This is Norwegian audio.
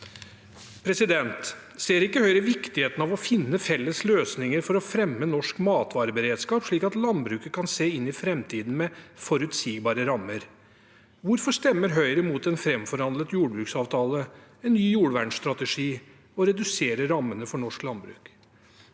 Ser ikke Høyre viktigheten av å finne felles løsninger for å fremme norsk matvareberedskap, slik at landbruket kan se inn i framtiden med forutsigbare rammer? Hvorfor stemmer Høyre mot en framforhandlet jordbruksavtale og en ny jordvernstrategi og reduserer rammene for norsk landbruk?